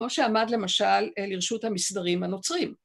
כמו שעמד, למשל, לרשות המסדרים הנוצרים.